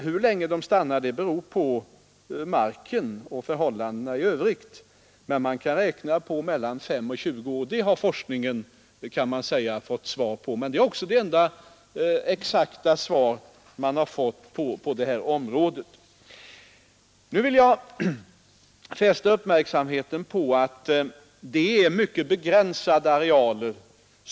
Hur länge de stannar beror på marken och förhållandena i övrigt, men man kan räkna med mellan 5 och 20 år. Den frågan har forskningen fått svar på, men det är också det enda exakta svaret man fått på frågorna på detta område. Jag vill fästa uppmärksamheten på att denna metod har tillämpats på mycket begränsade arealer.